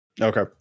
Okay